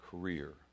career